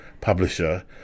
publisher